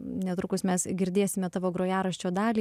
netrukus mes girdėsime tavo grojaraščio dalį